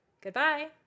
Goodbye